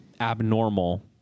abnormal